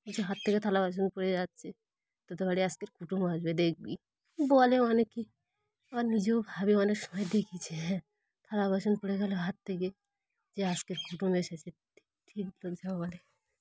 বলছ যে হাত থেকে থালা বাসন পড়ে যাচ্ছে তো বাি আজকের কুটুম আসবে দেখবি বলে অনেকেই আবার নিজেও ভাবি অনেক সময় দেখি যে হ্যাঁ থালা বাসন পড়ে গেল হাত থেকে যে আজকের কুটুম এসেছে ঠিক লোক যাব বলে